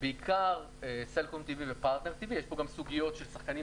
בעיקר סלקום TV ופרטנר TV. יש פה גם סוגיות של שחקנים